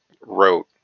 wrote